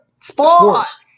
Sports